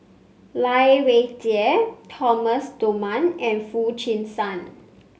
Lai Weijie Thomas Dunman and Foo Chee San